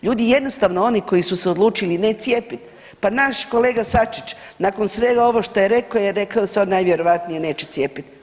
Ljudi jednostavno oni koji su se odlučili ne cijepit, pa naš kolega Sačić nakon svega ovog šta je rekao je rekao da se on najvjerojatnije neće cijepit.